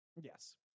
Yes